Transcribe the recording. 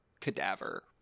cadaver